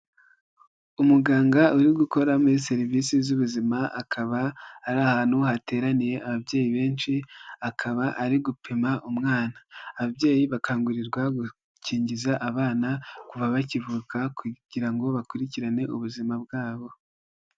Umuganga uri gukora muri serivisi z'ubuzima, akaba ari ahantu hateraniye ababyeyi benshi akaba ari gupima umwana. Ababyeyi bakangurirwa gukingiza abana kuva bakivuka, kugira ngo bakurikirane ubuzima bwabo.